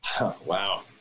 wow